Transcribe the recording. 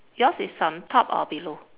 yours is on top or below